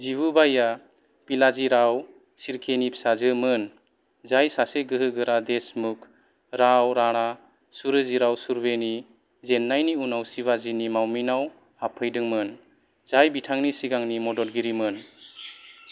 जिबुबाईआ पिलाजीराव शिर्केनि फिसाजो मोन जाय सासे गोहोगोरा देशमुख राव राणा सूर्यजीराव सुर्वेनि जेननायनि उनाव शिवाजीनि मावमिनाव हाबफैदोंमोन जाय बिथांनि सिगांनि मददगिरिमोन